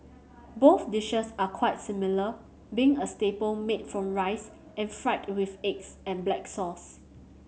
both dishes are quite similar being a staple made from rice and fried with eggs and black sauce